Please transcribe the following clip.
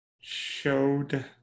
showed